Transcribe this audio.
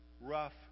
rough